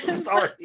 sorry.